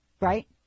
Right